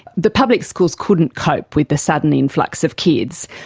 the public schools couldn't cope with the sudden influx of kids,